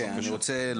בבקשה.